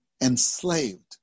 enslaved